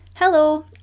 Hello